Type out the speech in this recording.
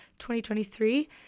2023